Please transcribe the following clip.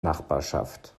nachbarschaft